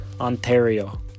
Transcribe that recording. Ontario